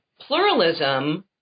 pluralism